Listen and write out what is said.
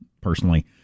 personally